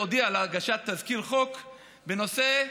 הודיעה על הגשת תזכיר חוק בנושא הזנות,